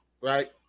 right